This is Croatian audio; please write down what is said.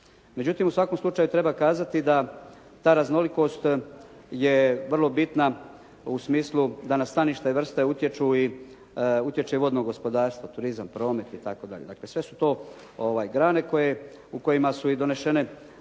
Međutim u svakom slučaju treba kazati da ta raznolikost je vrlo bitna u smislu da na stanište vrste utječu i, utječe vodno gospodarstvo, turizam, promet i tako dalje. Dakle sve su to grane koje, u kojima su i donešene